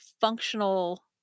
functional